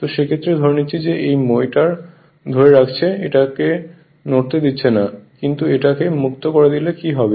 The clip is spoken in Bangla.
তো সেক্ষেত্রে ধরে নিচ্ছি যে এই মইটা ধরে রাখছে এটাকে নড়তে দিচ্ছে না কিন্তু এটাকে মুক্ত করে দিলে কী হবে